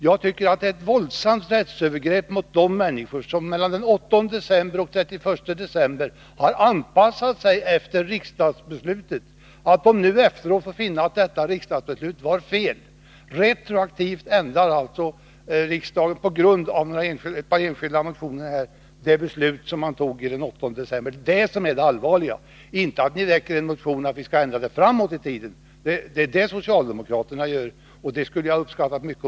Jag tycker att det rör sig om ett våldsamt rättsövergrepp mot de människor som mellan den 8 december och den 31 december har anpassat sig efter riksdagsbeslutet. Nu efteråt får de alltså finna sig i följderna av att riksdagsbeslutet var felaktigt. Med anledning av några motioner ändrar alltså riksdagen retroaktivt det förslag som fattades den 8 december — det är det som är det allvarliga, inte att det väcks en motion som går ut på en ändring framåt i tiden. Socialdemokraterna har verkat för det senare, och hade ni gjort detsamma skulle jag ha uppskattat det mycket.